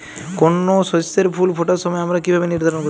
কোনো শস্যের ফুল ফোটার সময় আমরা কীভাবে নির্ধারন করতে পারি?